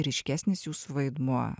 ryškesnis jūsų vaidmuo